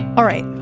all right.